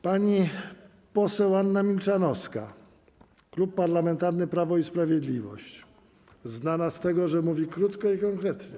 Pani poseł Anna Milczanowska, Klub Parlamentarny Prawo i Sprawiedliwość, znana z tego, że mówi krótko i konkretnie.